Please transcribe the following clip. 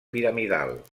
piramidal